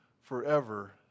forever